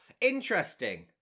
interesting